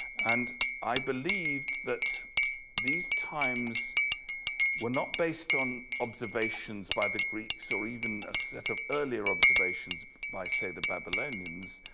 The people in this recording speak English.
and i believed that these times were not based on observations by the greeks or even a set of earlier observations by, say, the babylonians.